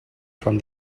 from